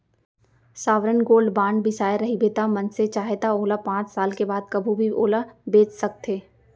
sovereign gold bond बिसाए रहिबे त मनसे चाहय त ओला पाँच साल के बाद कभू भी ओला बेंच सकथे